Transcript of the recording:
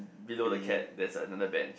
below the cat there's another bench